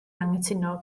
anghytuno